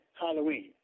Halloween